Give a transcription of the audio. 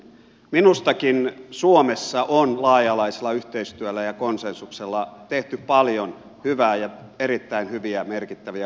minustakin suomessa on laaja alaisella yhteistyöllä ja konsensuksella tehty paljon hyvää ja erittäin hyviä ja merkittäviä uudistuksia